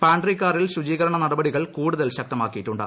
pantry കാറിൽ ശുചീകരണ നടപടികൾ കൂടുതൽ ശക്തമാക്കിയിട്ടുണ്ട്